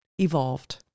evolved